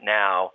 now